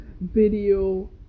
video